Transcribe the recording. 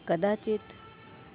कदाचित्